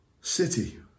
city